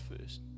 first